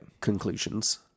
conclusions